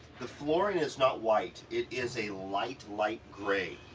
the flooring is not white, it is a light, light gray,